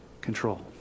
control